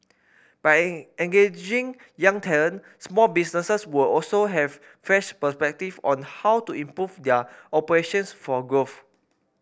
by in engaging young talent small businesses will also have fresh perspective on how to improve their operations for growth